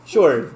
Sure